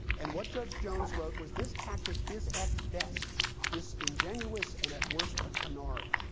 and what judge jones wrote was, this tactic is at best disingenuous, and at worst, a canard.